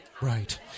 Right